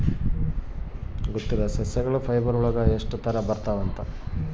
ಸಸ್ಯಗಳ ಫೈಬರ್ ಒಳಗ ನಾಲಕ್ಕು ತರ ಬರ್ತವೆ